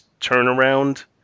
turnaround